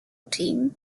team